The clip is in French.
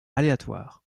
aléatoires